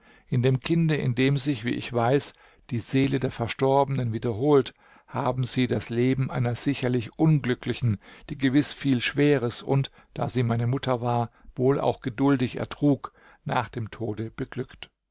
in dem kinde in dem sich wie ich weiß die seele der verstorbenen wiederholt haben sie das leben einer sicherlich unglücklichen die gewiß viel schweres und da sie meine mutter war wohl auch geduldig ertrug nach dem tode beglückt